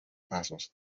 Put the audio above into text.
pasos